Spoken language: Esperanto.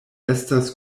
estas